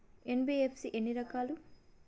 NBFC ఎన్ని రకాలు?